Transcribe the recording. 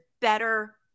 better